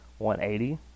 180